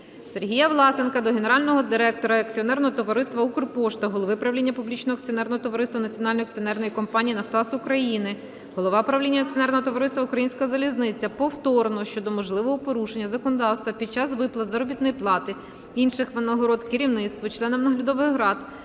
Сергія Власенка до генерального директора Акціонерного товариства "Укрпошта", голови правління публічного акціонерного товариства Національної акціонерної компанії "Нафтогаз України", голови правління акціонерного товариства "Українська залізниця" повторно щодо можливого порушення законодавства під час виплат заробітної плати (інших винагород) керівництву, членам наглядових рад